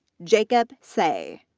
jacob saey,